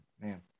Man